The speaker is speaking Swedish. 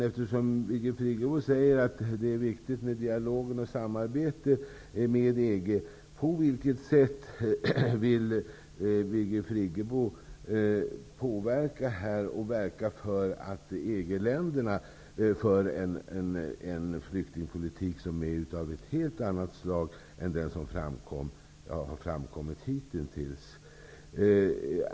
Eftersom Birgit Friggebo säger att det är viktigt med dialog och samarbete med EG, frågar jag på vilket sätt Birgit Friggebo vill verka för att EG länderna skall föra en flyktingpolitik av ett helt annat slag än den som framkommit hitintills.